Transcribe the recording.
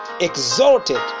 exalted